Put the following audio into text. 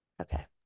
Okay